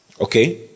Okay